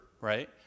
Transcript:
right